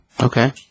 Okay